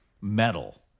metal